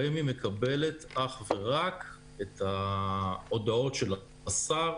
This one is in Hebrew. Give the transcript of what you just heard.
רמ"י מקבלת אך ורק את ההודעות שלה.